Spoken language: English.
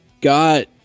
got